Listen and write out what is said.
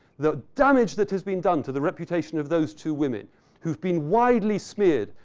the damage that has been done to the reputation of those two women who've been widely smeared,